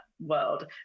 world